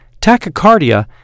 Tachycardia